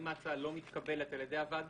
אם ההצעה לא מתקבלת על-ידי הוועדה,